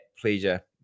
pleasure